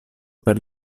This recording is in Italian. per